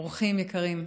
אורחים יקרים,